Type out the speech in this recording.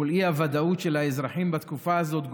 מול האי-ודאות של האזרחים בתקופה הזאת,